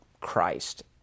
Christ